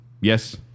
Yes